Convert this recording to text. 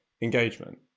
engagement